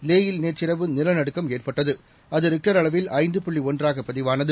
லே யில் நேற்று இரவு நிலநடுக்கமஏற்பட்டது அதுரிக்டர் அளவில் ஐந்து புள்ளிஒன்றாகபதிவானது